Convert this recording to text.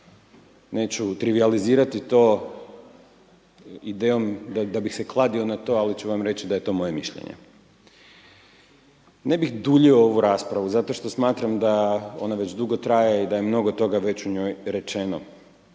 neću trivijalizirati to idejom da bih se kladio na to, ali ću vam reći da je to moje mišljenje. Ne bih duljio ovu raspravu zato što smatram da ona već dugo traje i da je mnogo toga već u njoj rečeno.